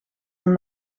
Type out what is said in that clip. een